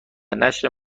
نشر